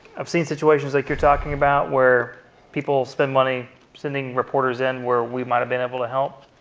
i've seen situations like you're talking about where people spend money sending reporters in where we might've been able to help.